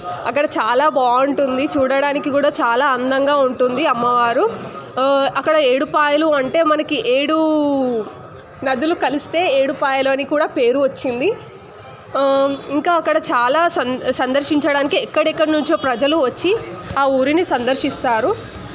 అక్కడ చాలా బాగుంటుంది చూడడటానికి కూడా చాలా అందంగా ఉంటుంది అమ్మవారు అక్కడ ఏడుపాయలు అంటే మనకి ఏడు నదులు కలిస్తే ఏడుపాయలు అని కూడా పేరు వచ్చింది ఇంకా అక్కడ చాలా సం సందర్శించడానికి ఎక్కడెక్కడి నుంచో ప్రజలు వచ్చి ఆ ఊరిని సందర్శిస్తారు